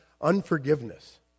unforgiveness